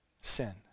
sin